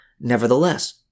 Nevertheless